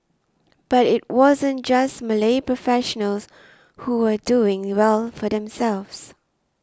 but it wasn't just Malay professionals who were doing well for themselves